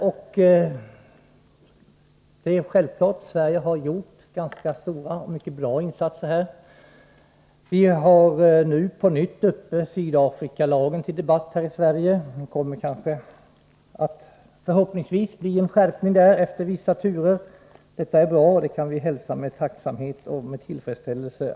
Det är klart att Sverige har gjort ganska stora och mycket bra insatser. Sydafrikalagen har nu på nytt tagits upp till debatt här i Sverige. Det kommer förhoppningsvis att efter vissa turer bli en skärpning av den lagen. Det är bra, och det kan alla som har jobbat med detta hälsa med tacksamhet och tillfredsställelse.